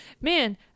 man